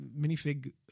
minifig